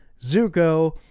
Zuko